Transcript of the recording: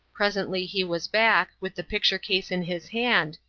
presently he was back, with the picture case in his hand,